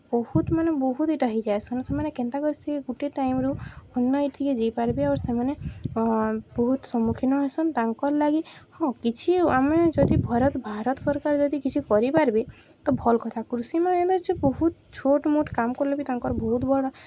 ବହୁତ୍ ମାନେ ବହୁତ୍ ଇଟା ହେଇଯାଏସନ୍ ସେମାନେ କେନ୍ତା କରି ସେ ଗୁଟେ ଟାଇମ୍ରୁ ଅନ୍ୟ ଏତିକି ଯାଇପାର୍ବେ ଆଉ ସେମାନେ ବହୁତ୍ ସମ୍ମୁଖୀନ ହେସନ୍ ତାଙ୍କର୍ ଲାଗି ହଁ କିଛି ଆମେ ଯଦି ଭାରତ ଭାରତ ସର୍କାର୍ ଯଦି କିଛି କରିପାର୍ବେ ତ ଭଲ୍ କଥା କୃଷିମାନେ ଏତା ବହୁତ୍ ଛୋଟ୍ ମୋଟ୍ କାମ୍ କଲେ ବି ତାଙ୍କର୍ ବହୁତ୍ ବଡ଼୍